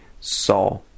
saw